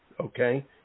okay